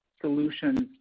solutions